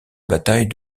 bataille